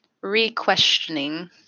re-questioning